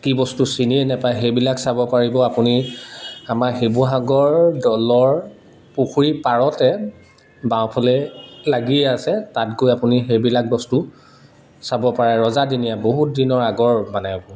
কি বস্তু চিনিয়ে নাপায় সেইবিলাক চাব পাৰিব আপুনি আমাৰ শিৱসাগৰ দলৰ পুখুৰী পাৰতে বাওঁফালে লাগিয়ে আছে তাত গৈ আপুনি সেইবিলাক বস্তু চাব পাৰে ৰজা দিনীয়া বহুত দিনৰ আগৰ মানে